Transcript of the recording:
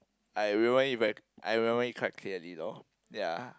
I remember it very I remember it quite clearly loh ya